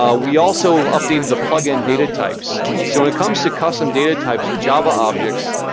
ah we also updated the plug-in data types. so when it comes to custom data types for java objects,